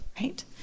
right